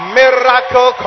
miracle